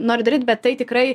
noriu daryt bet tai tikrai